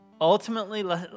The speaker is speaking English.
ultimately